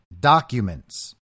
documents